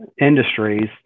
industries